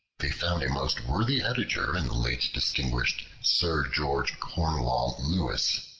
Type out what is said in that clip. they found a most worthy editor in the late distinguished sir george cornewall lewis,